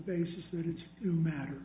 basis that it's to matter